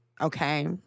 Okay